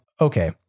Okay